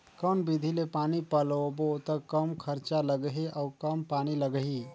कौन विधि ले पानी पलोबो त कम खरचा लगही अउ कम पानी लगही?